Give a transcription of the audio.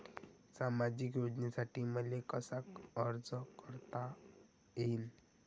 सामाजिक योजनेसाठी मले कसा अर्ज करता येईन?